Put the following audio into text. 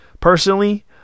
personally